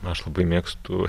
aš labai mėgstu